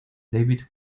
david